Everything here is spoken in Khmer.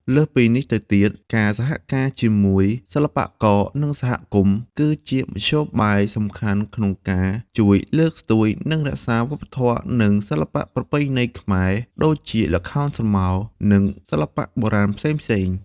លើសពីនេះទៅទៀតការសហការជាមួយសិល្បករ និងសហគមន៍ គឺជាមធ្យោបាយសំខាន់ក្នុងការជួយលើកស្ទួយ និងរក្សា វប្បធម៌ និងសិល្បៈប្រពៃណីខ្មែរ ដូចជា ល្ខោនស្រមោល និង សិល្បៈបុរាណផ្សេងៗ។